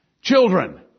Children